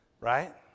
Right